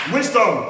Wisdom